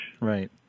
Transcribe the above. Right